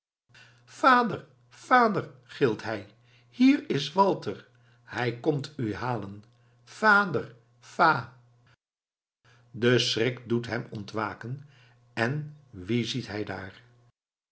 vader vader gilt hij hier is walter hij komt u halen vader va de schrik doet hem ontwaken en wien ziet hij daar